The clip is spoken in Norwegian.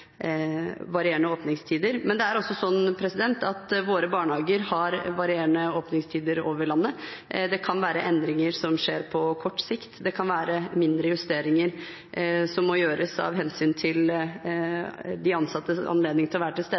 varierende åpningstider. Men det er også sånn at våre barnehager har varierende åpningstider landet over. Det kan være endringer som skjer på kort sikt. Det kan være mindre justeringer som må gjøres av hensyn til de ansattes anledning til å være til stede.